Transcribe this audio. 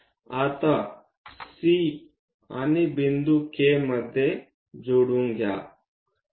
आता C आणि बिंदू K मध्ये जोडून घ्या